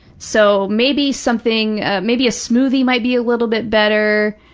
so, maybe something, maybe a smoothie might be a little bit better.